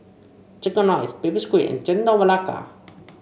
chicken rice Baby Squid and Chendol Melaka